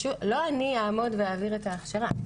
לא אני אעמוד ואעביר את ההכשרה.